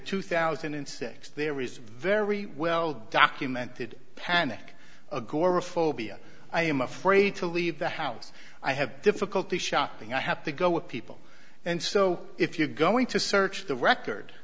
two thousand and six there is a very well documented panic agoraphobia i am afraid to leave the house i have difficulty shopping i have to go with people and so if you're going to search the record